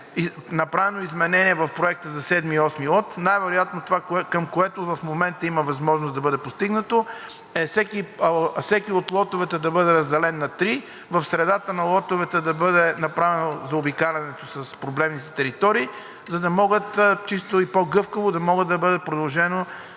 направено изменение в Проекта за лот 7 и лот 8. Най-вероятно това, което в момента има възможност да бъде постигнато, е всеки от лотовете да бъде разделен на три, в средата на лотовете да бъде направено заобикалянето с проблемните територии, за да може чисто и по-гъвкаво да бъде продължено